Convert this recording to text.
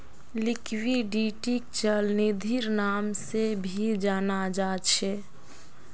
लिक्विडिटीक चल निधिर नाम से भी जाना जा छे